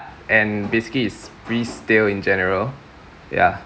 and basically it's pretty stale in general ya